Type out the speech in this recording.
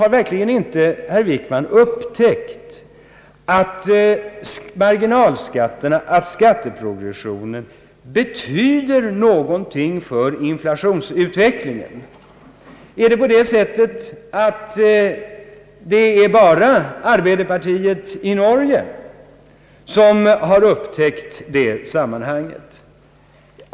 Jag har anledning att här fråga: Har verkligen inte herr Wickman upptäckt att skatteprogressionen betyder någonting för inflationsutvecklingen? Är det bara Arbeiderpartiet i Norge som har upptäckt detta sammanhang?